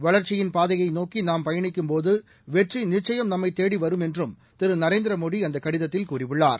வளர்ச்சியின் பாதையை நோக்கி நாம் பயணிக்கும்போது வெற்றி நிச்சயம் நம்மை தேடி வரும் என்றும் திரு நரேந்திரமோடி அந்த கடிதத்தில் கூறியுள்ளார்